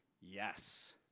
Yes